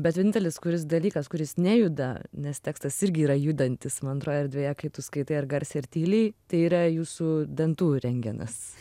bet vienintelis kuris dalykas kuris nejuda nes tekstas irgi yra judantis man tro erdvėje kai tu skaitai ar garsiai ar tyliai tai yra jūsų dantų rentgenas